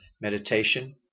meditation